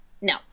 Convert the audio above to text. No